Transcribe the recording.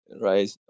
right